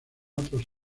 otros